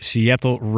Seattle